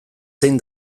zein